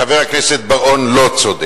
חבר הכנסת בר-און לא צודק.